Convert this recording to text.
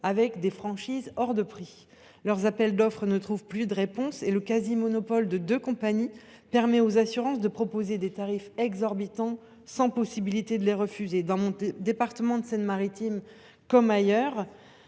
de franchises hors de prix. Leurs appels d’offres ne trouvent plus de réponse et le quasi monopole de deux compagnies permet aux assurances de proposer des tarifs exorbitants, que les communes ne peuvent plus refuser. On le constate dans mon département de Seine Maritime comme ailleurs.